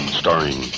starring